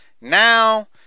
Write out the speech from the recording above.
Now